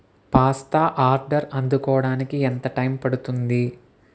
pasta order అందుకోడానికి ఎంత time పడుతుంది